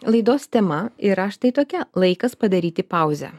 laidos tema yra štai tokia laikas padaryti pauzę